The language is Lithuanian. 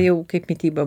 jau kaip mityba